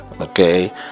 Okay